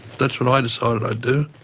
that's what i decided i'd do.